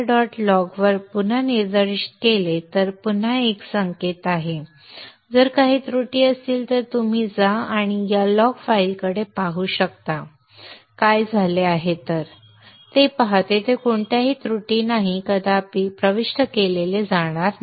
log वर पुनर्निर्देशित केले तर फक्त एक संकेत आहे जर काही त्रुटी असतील तर तुम्ही जा आणि या लॉग फाइलकडे पाहू शकता काय झाले आहे ते पहा तेथे कोणत्याही त्रुटी नाहीत काहीही प्रविष्ट केले जाणार नाही